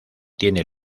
tiene